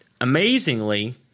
Amazingly